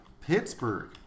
Pittsburgh